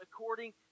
according